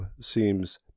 seems